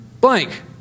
blank